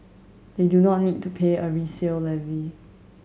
they do not need to pay a resale levy